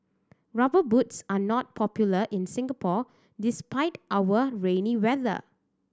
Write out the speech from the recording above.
Rubber Boots are not popular in Singapore despite our rainy weather